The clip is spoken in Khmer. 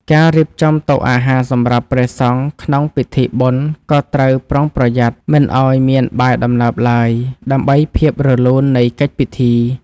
ការរៀបចំតុអាហារសម្រាប់ព្រះសង្ឃក្នុងពិធីបុណ្យក៏ត្រូវប្រុងប្រយ័ត្នមិនឱ្យមានបាយដំណើបឡើយ ដើម្បីភាពរលូននៃកិច្ចពិធី។